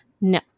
No